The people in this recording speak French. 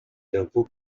d’impôt